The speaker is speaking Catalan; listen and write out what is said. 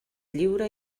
lliure